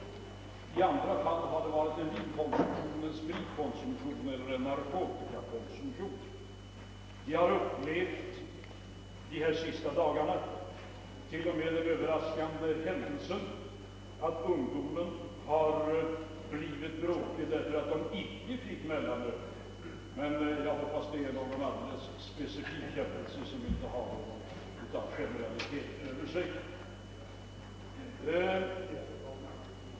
I andra fall har vinkonsumtion, spritkonsumtion eller narkotikakonsumtion spelat samma roll. Vi har under de senaste dagarna t.o.m. fått uppleva den överraskande händelsen att ungdomar blivit bråkiga därför att de icke fått något mellanöl. Jag hoppas emellertid att detta är ett undan tagsfall, som icke har något generellt över sig.